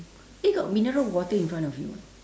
eh got mineral water in front of you [what]